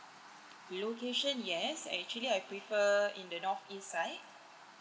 location yes actually I prefer in the north east side